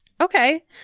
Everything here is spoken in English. okay